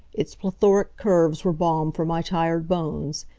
its plethoric curves were balm for my tired bones.